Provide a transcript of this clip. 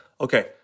Okay